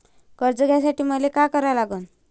कर्ज घ्यासाठी मले का करा लागन?